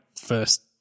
first